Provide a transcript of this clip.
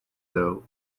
though